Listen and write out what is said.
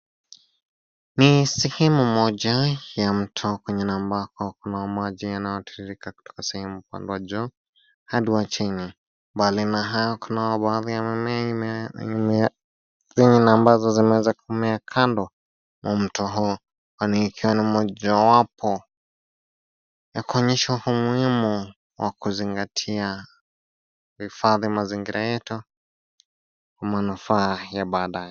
Ni sehemu moja ya mto kwenye na ambako, kuna maji yanayotiririka kutoka sehemu ya upande wa juu hadi wa chini. Mbali na hayo kunayo baadhi ya mimea yenye na ambazo, zimeweza kumea kando wa mto huu kwani ikiwa ni mojawapo, ya kuonyesha umuhimu wa kuzingatia kuhifadhi mazingira yetu, kwa manufaa ya baadaye.